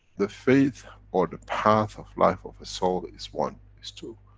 the fate, or the path of life of a soul, is one. is to,